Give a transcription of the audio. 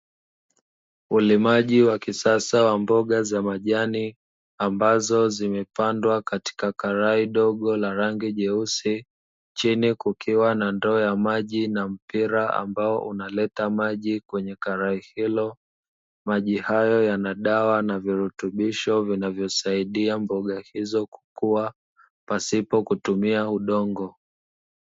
Ulimaji wa kisasa wa mboga za majani, ambazo zimepandwa katika karai dogo la rangi jeusi, chini kukiwa na ndoo ya maji na mpira ambao unaleta maji kwenye karai hilo. Maji hayo yana dawa na virutubisho vinavyosaidia mboga hizo kukua, pasipo kutumia udongo.